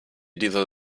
diese